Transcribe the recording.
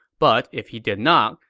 but if he did not,